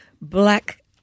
Black